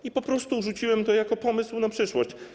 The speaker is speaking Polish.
I po prostu rzuciłem to jako pomysł na przyszłość.